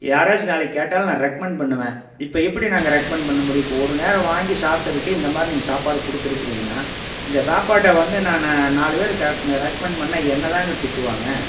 யாராச்சும் நாளைக்கு கேட்டாலும் நான் ரெக்மண்ட் பண்ணுவேன் இப்போ எப்படி நாங்கள் ரெக்மண்ட் பண்ண முடியும் இப்போ ஒரு நேரம் வாங்கி சாப்பிட்டதுக்கே இந்த மாதிரி நீங்கள் சாப்பாடு கொடுத்துருக்கிறீங்கன்னா இந்த சாப்பாட்டை வந்து நான் நாலு பேருக்கு ரெக்மண்ட் பண்ணிணா என்னைதாங்க திட்டுவாங்க